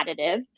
additive